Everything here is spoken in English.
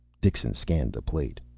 dixon scanned the plate.